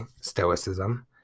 Stoicism